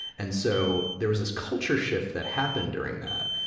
and so, there was this culture shift that happened during that,